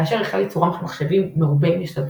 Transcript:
כאשר החל ייצורם של מחשבים "מרובי משתמשים"